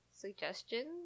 suggestions